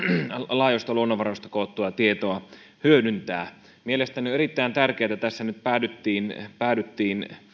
laajoista luonnonvaroista koottua tietoa hyödyntää mielestäni on erittäin tärkeää että tässä nyt päädyttiin päädyttiin